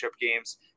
games